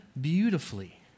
beautifully